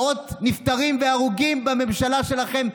מאות נפטרים והרוגים מיותרים בממשלה שלכם.